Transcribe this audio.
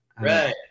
right